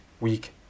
week